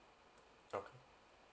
okay